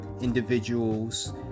individuals